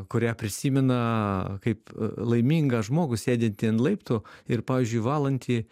kurią prisimena kaip laimingą žmogų sėdintį ant laiptų ir pavyzdžiui valantį